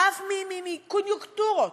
חף מקוניונקטורות,